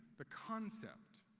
the concept,